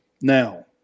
Now